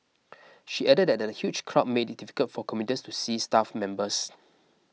she added that the huge crowd made it difficult for commuters to see staff members